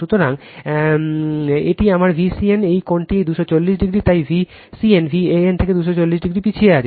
সুতরাং এটি আমার Vcn এই কোণটি 240o তাই Vcn Van থেকে 240o থেকে পিছিয়ে আছে